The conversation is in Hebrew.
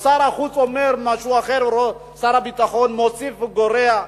או שר החוץ אומר משהו ושר הביטחון מוסיף וגורע,